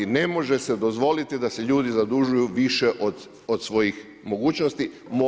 Ne može se dozvoliti da se ljudi zadužuju više od svojih mogućnosti.